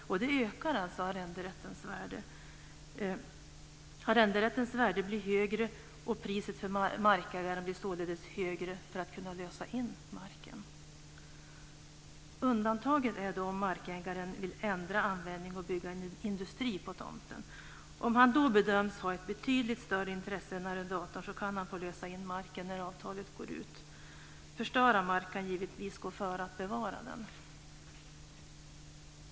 Det ökar alltså arrenderättens värde. Arrenderättens värde blir högre och priset för markägaren blir således högre för att lösa in marken. Undantag är om markägaren vill ändra användningen och bygga en industri på tomten. Om han då bedöms ha ett betydligt större intresse än arrendatorn kan han få lösa in marken när avtalet går ut. Att förstöra mark kan givetvis gå före att bevara den.